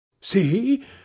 See